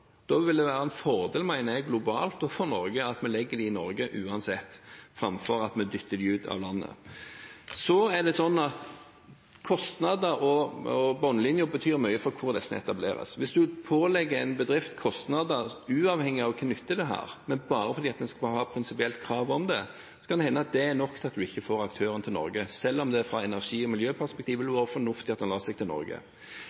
Da vil det være en fordel, mener jeg, globalt og for Norge at vi legger dem i Norge uansett, framfor at vi dytter dem ut av landet. Så er det sånn at kostnader og bunnlinjen betyr mye for hvor disse etableres. Hvis man pålegger en bedrift kostnader uavhengig av hvilken nytte det har, men bare fordi en skal ha et prinsipielt krav om det, kan det hende at det er nok til at man ikke får aktører til Norge, selv om det fra et energi- og miljøperspektiv ville